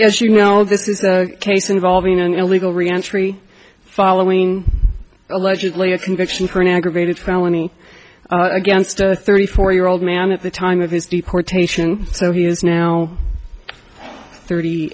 as you know this is a case involving an illegal reentry following allegedly a conviction for an aggravated felony against a thirty four year old man at the time of his deportation so he is now thirty